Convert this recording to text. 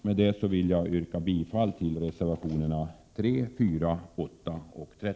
Med detta vill jag yrka bifall till reservationerna 3, 4, 8 och ja